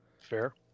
Fair